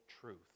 truth